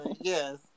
Yes